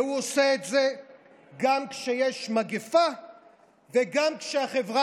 והוא עושה את זה גם כשיש מגפה וגם כשהחברה